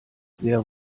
sehr